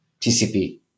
TCP